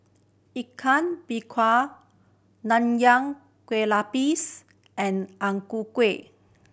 Ikan Bakar Nonya Kueh Lapis and Ang Ku Kueh